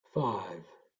five